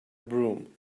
broom